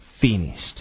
finished